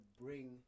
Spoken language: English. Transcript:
bring